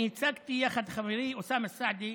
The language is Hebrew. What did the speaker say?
אני הצגתי, יחד עם חברי אוסאמה סעדי,